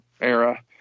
era